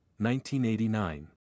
1989